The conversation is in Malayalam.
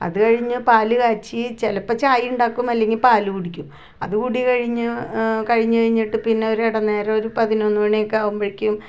അത് കഴിഞ്ഞു പാല് കാച്ചി ചിലപ്പം ചായ ഉണ്ടാക്കും അല്ലെങ്കിൽ പാല് കുടിക്കും അത് കൂടി കഴിഞ്ഞ കഴിഞ്ഞാൽ കഴിഞ്ഞ് കഴിഞ്ഞിട്ട് ഒരു ഇട നേരമൊരു പതിനൊന്ന് മണിയാകുമ്പഴേക്കും